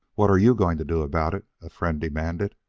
what are you going to do about it? a friend demanded.